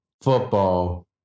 football